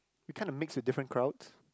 we kinda mix with different crowds